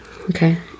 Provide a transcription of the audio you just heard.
okay